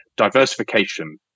diversification